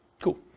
Cool